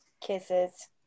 Kisses